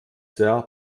sehr